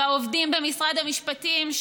ובעובדים במשרד המשפטים,